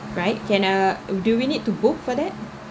right can ah do we need to book for that